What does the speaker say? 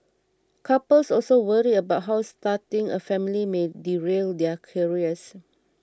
couples also worry about how starting a family may derail their careers